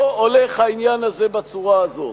לא הולך העניין הזה בצורה הזאת.